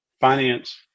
finance